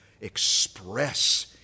express